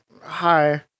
hi